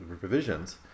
revisions